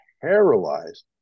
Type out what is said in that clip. paralyzed